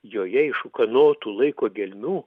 joje iš ūkanotų laiko gelmių